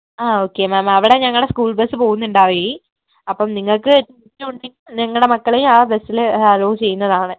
ആ okay ma'am അവിടെ ഞങ്ങളുടെ സ്കൂൾ ബസ്സ് പോവുന്നുണ്ട് ആ വഴി അപ്പം നിങ്ങൾക്ക് താൽപ്പര്യം ഉണ്ടെങ്കിൽ നിങ്ങളുടെ മക്കളേയും ആ ബസ്സിൽ അല്ലോ ചെയ്യുന്നതാണ്